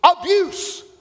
abuse